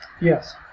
Yes